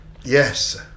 Yes